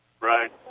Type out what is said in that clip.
Right